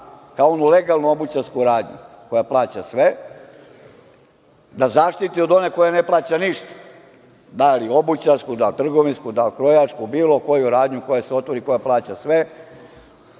kao onu legalnu obućarsku radnju koja plaća sve, da zaštiti od one koja ne plaća ništa, da li obućarsku, trgovinsku, da li krojačku, bilo koju radnju koja se otvori i koja plaća sve.